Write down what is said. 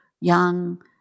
young